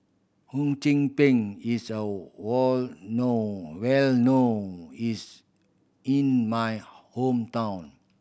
Hum Chim Peng is a were known well known is in my hometown